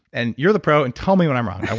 and you're the pro, and tell me when i'm wrong. i